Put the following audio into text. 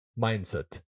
mindset